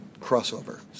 crossover